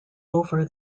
over